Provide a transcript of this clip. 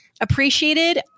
appreciated